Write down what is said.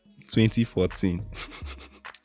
2014